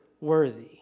worthy